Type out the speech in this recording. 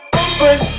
open